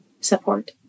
support